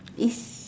if